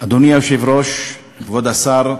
אדוני היושב-ראש, כבוד השר,